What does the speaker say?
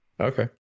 Okay